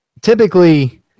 Typically